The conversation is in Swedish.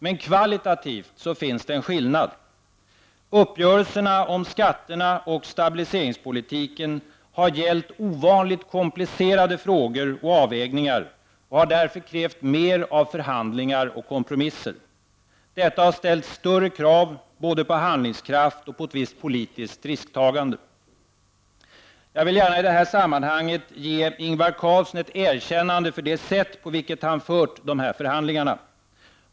Men kvalitativt finns en skillnad: uppgörelserna om skatterna och stabiliseringspolitiken har gällt ovanligt komplicerade frågor och avvägningar och har därför krävt mer av förhandlingar och kompromisser. Detta har ställt större krav både på handlingskraft och på ett visst politiskt risktagande. Jag vill gärna i det här sammanhanget ge Ingvar Carlsson ett erkännande för det sätt på vilket han har fört dessa förhandlingar.